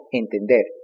entender